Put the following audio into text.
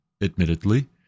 admittedly